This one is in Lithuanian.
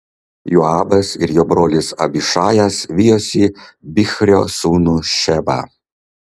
joabas ir jo brolis abišajas vijosi bichrio sūnų šebą